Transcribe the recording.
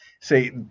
say